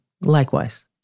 Likewise